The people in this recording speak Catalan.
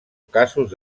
casos